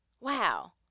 Wow